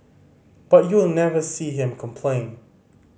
but you will never see him complain